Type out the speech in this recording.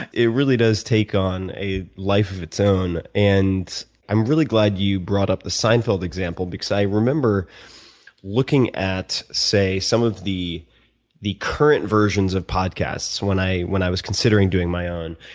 it really does take on a life of its own. and i'm really glad you brought up the seinfeld example because i remember looking at, say, some of the the current versions of podcasts when i when i was considering doing my own.